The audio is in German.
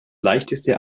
leichteste